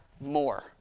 more